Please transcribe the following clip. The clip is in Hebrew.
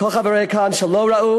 לכל חברי כאן שלא ראו,